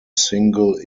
single